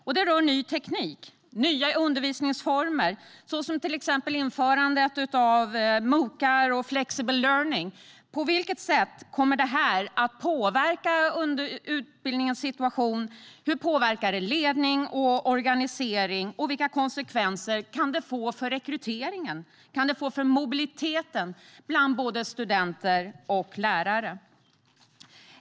Det handlar om ny teknik och nya undervisningsformer, såsom införandet av exempelvis MOOC och flexible learning. På vilket sätt kommer det att påverka utbildningen? Hur påverkar det ledning och organisering? Och vilka konsekvenser kan det få för rekrytering och mobilitet bland både studenter och lärare?